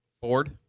Ford